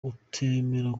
utemera